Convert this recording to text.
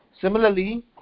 Similarly